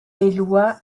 eloi